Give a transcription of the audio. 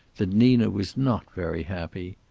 that nina was not very happy.